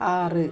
ആറ്